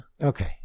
Okay